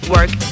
Work